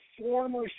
former